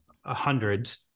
hundreds